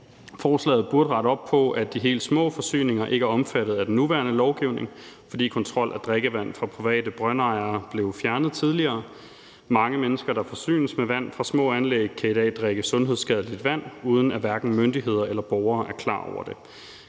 Forslaget burde rette op på, at de helt små forsyninger ikke er omfattet af den nuværende lovgivning, fordi kontrol af drikkevand hos private brøndejere blev fjernet tidligere. Mange mennesker, der forsynes med vand fra små anlæg, kan i dag drikke sundhedsskadeligt vand, uden at hverken myndighederne eller borgerne er klar over det.